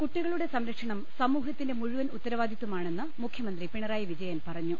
കുട്ടികളുടെ സംരക്ഷണം സമൂഹത്തിന്റെ മുഴുവൻ ഉത്തരവാദിത്വമാണെന്ന് മുഖ്യമന്ത്രി പിണറായി വിജയൻ പറഞ്ഞു